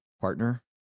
partner